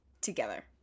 Together